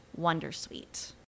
Wondersuite